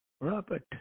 Robert